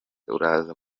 uraza